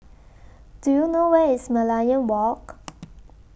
Do YOU know Where IS Merlion Walk